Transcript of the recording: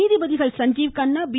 நீதிபதிகள் சஞ்சீவ் கண்ணா பி